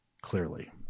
clearly